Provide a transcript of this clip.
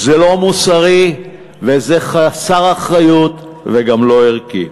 זה לא מוסרי וזה חסר אחריות וגם לא ערכי.